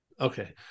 Okay